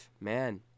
man